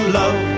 love